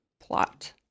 plot